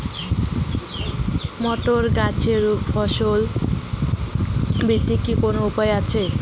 Motor গাছের ফলন বৃদ্ধির কি কোনো উপায় আছে?